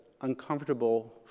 uncomfortable